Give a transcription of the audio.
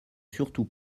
surtout